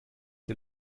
der